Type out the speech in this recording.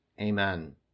Amen